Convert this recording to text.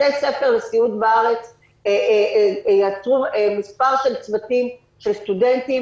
בתי ספר לסיעוד בארץ יצרו מספר של צוותים של סטודנטים,